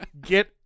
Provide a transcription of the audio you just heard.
Get